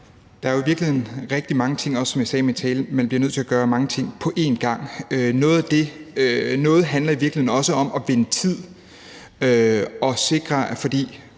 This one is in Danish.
Der er jo i virkeligheden rigtig mange ting, som jeg også sagde i min tale. Man bliver nødt til at gøre mange ting på en gang. Noget handler i virkeligheden også om at vinde tid. Eksempelvis